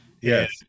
Yes